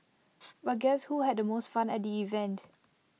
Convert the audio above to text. but guess who had the most fun at the event